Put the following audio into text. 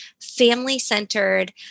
family-centered